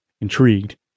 Intrigued